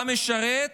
אתה משרת,